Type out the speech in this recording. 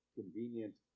convenient